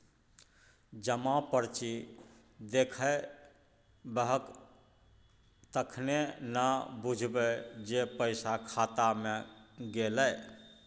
जमा पर्ची देखेबहक तखने न बुझबौ जे पैसा खाता मे गेलौ